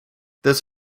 this